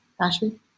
Ashley